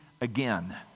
again